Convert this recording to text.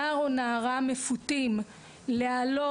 נער או נערה מפותים להעלות,